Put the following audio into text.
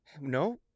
No